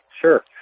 sure